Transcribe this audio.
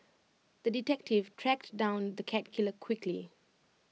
the detective tracked down the cat killer quickly